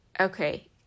Okay